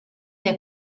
der